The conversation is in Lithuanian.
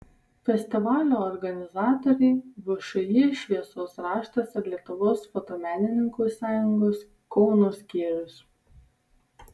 festivalio organizatoriai všį šviesos raštas ir lietuvos fotomenininkų sąjungos kauno skyrius